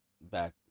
back